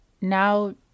now